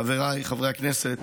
חבריי חברי הכנסת,